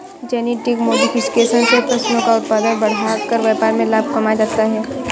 genetic modification से फसलों का उत्पादन बढ़ाकर व्यापार में लाभ कमाया जाता है